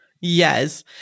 Yes